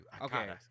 Okay